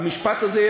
המשפט הזה,